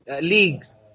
leagues